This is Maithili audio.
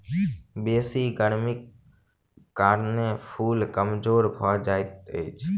बेसी गर्मीक कारणें फूल कमजोर भअ जाइत अछि